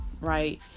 right